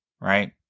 right